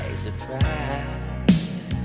surprise